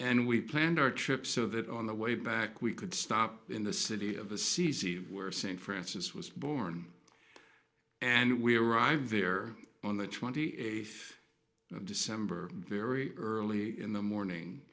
and we planned our trip so that on the way back we could stop in the city of assisi where st francis was born and we arrived there on the twenty eighth of december very early in the morning